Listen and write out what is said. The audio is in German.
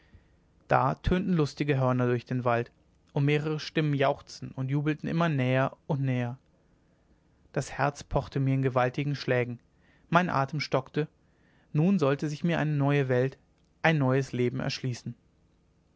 da tönten lustige hörner durch den wald und mehrere stimmen jauchzten und jubelten immer näher und näher das herz pochte mir in gewaltigen schlägen mein atem stockte nun sollte sich mir eine neue welt ein neues leben erschließen